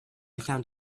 found